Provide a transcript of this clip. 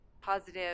positive